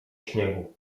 śniegu